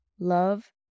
Love